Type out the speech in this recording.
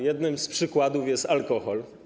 Jednym z przykładów jest alkohol.